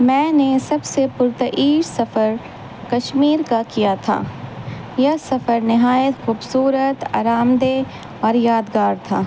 میں نے سب سے پرتیر سفر کشمیر کا کیا تھا یہ سفر نہایت خوبصورت آرام دہ اور یادگار تھا